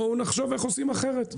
בואו נחשוב איך עושים אחרת.